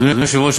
אדוני היושב-ראש,